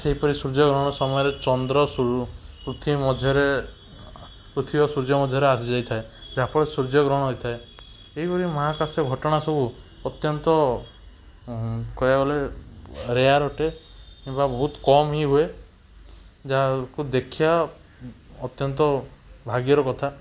ସେହିପରି ସୂର୍ଯ୍ୟଗ୍ରହଣ ସମୟରେ ଚନ୍ଦ୍ର ପୃଥିବୀ ମଝିରେ ପୃଥିବୀ ଆଉ ସୂର୍ଯ୍ୟ ମଧ୍ୟରେ ଆସିଯାଇଥାଏ ଯାହାଫଳରେ ସୂର୍ଯ୍ୟଗ୍ରହଣ ହୋଇଥାଏ ଏଇଭଳି ମହାକାଶ ଘଟଣା ସବୁ ଅତ୍ୟନ୍ତ କହିବାକୁ ଗଲେ ରେୟାର୍ ଅଟେ କିମ୍ବା ବହୁତ କମ୍ ହିଁ ହୁଏ ଯାହାକୁ ଦେଖିବା ଅତ୍ୟନ୍ତ ଭାଗ୍ୟର କଥା